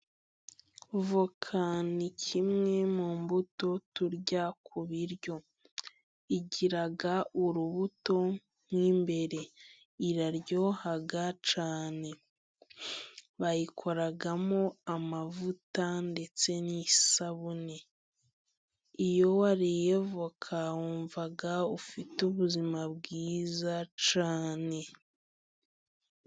Voka ni kimwe mu mbuto turya ku biryo. Igira urubuto mo imbere. Iraryoha cyane. Bayikoramo amavuta ndetse n'isabune. Iyo wariye voka, wumva ufite ubuzima bwiza cyane.